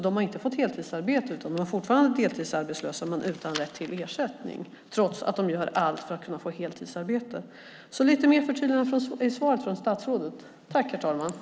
De har inte fått heltidsarbete, utan är fortfarande deltidsarbetslösa, men utan rätt till ersättning, trots att de gör allt för att kunna få heltidsarbete. Jag önskar ett förtydligande av statsrådet i hans nästa inlägg.